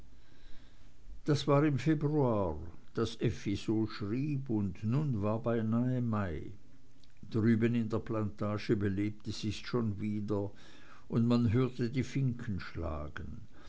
das war im februar daß effi so schrieb und nun war beinahe mai drüben in der plantage belebte sich's schon wieder und man hörte die finken schlagen